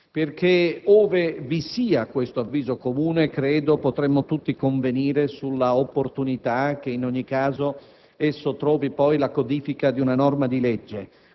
Ove infatti vi fosse questo avviso comune, credo potremmo tutti convenire sull'opportunità che in ogni caso esso trovi poi la codifica di una norma di legge,